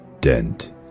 Dent